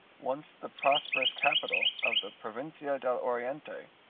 once the prosperous capital of the provincia del oriente,